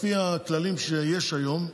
לפי הכללים שיש היום,